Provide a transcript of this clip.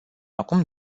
acum